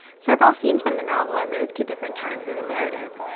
several scenes from the novel are moved to different times of the narrative.